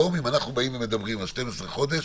אם אנחנו מדברים היום על 12 חודש,